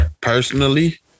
Personally